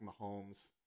Mahomes